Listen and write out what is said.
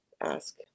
ask